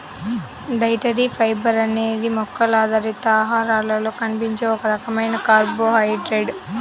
dietary fibre అనేది మొక్కల ఆధారిత ఆహారాలలో కనిపించే ఒక రకమైన కార్బోహైడ్రేట్